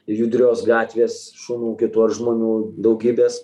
judrios gatvės šunų kitų ar žmonių daugybės